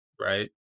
right